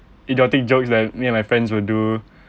idiotic jokes that me and my friends will do